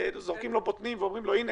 זורקים לו בוטנים ואומרים לו: הינה,